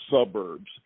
suburbs